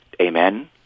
Amen